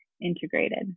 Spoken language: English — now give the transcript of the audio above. integrated